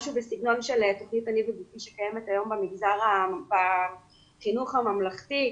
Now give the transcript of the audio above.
משהו בסגנון של תוכנית --- שקיימת היום בחינוך הממלכתי,